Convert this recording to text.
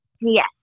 yes